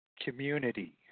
community